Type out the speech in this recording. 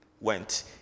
went